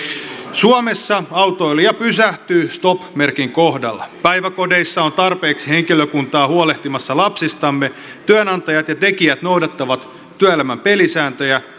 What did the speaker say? suomessa autoilija pysähtyy stop merkin kohdalla päiväkodeissa on tarpeeksi henkilökuntaa huolehtimassa lapsistamme työnantajat ja tekijät noudattavat työelämän pelisääntöjä